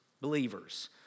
believers